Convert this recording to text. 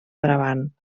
brabant